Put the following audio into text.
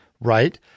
Right